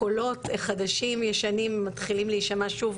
קולות חדשים-ישנים מתחילים להישמע שוב,